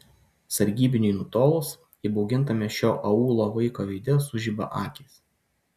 sargybiniui nutolus įbaugintame šio aūlo vaiko veide sužiba akys